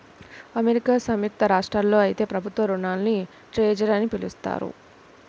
America సంయుక్త రాష్ట్రాల్లో అయితే ప్రభుత్వ రుణాల్ని ట్రెజర్ అని పిలుస్తారు